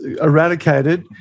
eradicated